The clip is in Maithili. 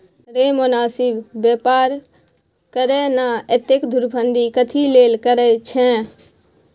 रे मोनासिब बेपार करे ना, एतेक धुरफंदी कथी लेल करय छैं?